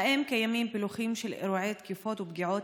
2. האם קיימים פילוחים של אירועי תקיפות ופגיעות